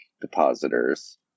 depositors